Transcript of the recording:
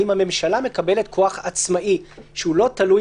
האם הממשלה מקבלת כוח עצמאי שלא תלוי